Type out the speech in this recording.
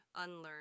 unlearn